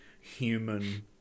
human